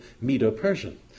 Medo-Persian